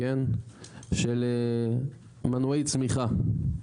של מנועי צמיחה.